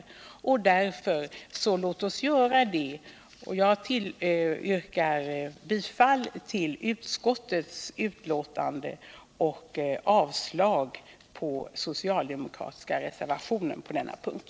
Låt oss därför göra det. Jag yrkar bifall till utskottets förslag och avslag på den socialdemokratiska reservationen på denna punkt.